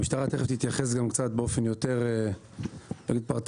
המשטרה תתייחס באופן פרטני.